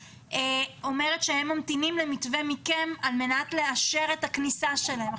אומרת שהם ממתינים למתווה מכם על מנת לאשר את הכניסה שלהם.